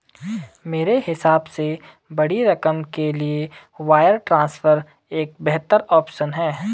मेरे हिसाब से बड़ी रकम के लिए वायर ट्रांसफर एक बेहतर ऑप्शन है